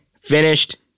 finished